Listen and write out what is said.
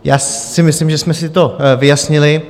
Já si myslím, že jsme si to vyjasnili.